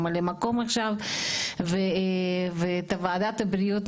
ממלא מקום עכשיו ואת ועדת הבריאות.